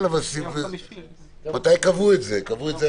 מתי קבעו את זה?